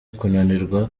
kunanirwa